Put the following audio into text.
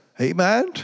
Amen